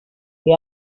qué